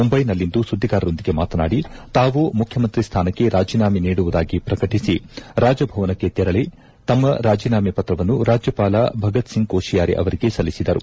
ಮುಂಬೈನಲ್ಲಿಂದು ಸುದ್ದಿಗಾರರೊಂದಿಗೆ ಮಾತನಾಡಿ ತಾವು ಮುಖ್ಡಮಂತ್ರಿ ಸ್ಟಾನಕ್ಕೆ ರಾಜೀನಾಮೆ ನೀಡುವುದಾಗಿ ಪ್ರಕಟಿಸಿ ರಾಜಭವನಕ್ಕೆ ತೆರಳಿ ತಮ್ಮ ರಾಜೀನಾಮೆ ಪತ್ರವನ್ನು ರಾಜ್ಜಪಾಲ ಭಗತ್ ಸಿಂಗ್ ಕೋಶಿಯಾರಿ ಅವರಿಗೆ ಸಲ್ಲಿಸಿದರು